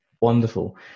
wonderful